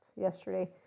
yesterday